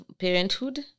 parenthood